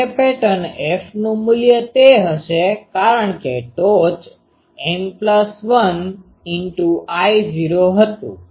array pattern Fનું મૂલ્ય તે હશે કારણ કે ટોચ N1I૦ હતું